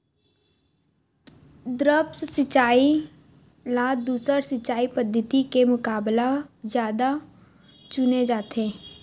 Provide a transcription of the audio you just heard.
द्रप्स सिंचाई ला दूसर सिंचाई पद्धिति के मुकाबला जादा चुने जाथे